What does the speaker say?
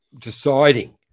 deciding